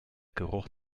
geruch